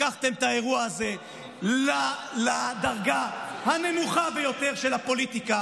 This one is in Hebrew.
לקחתם את האירוע הזה לדרגה הנמוכה ביותר של הפוליטיקה,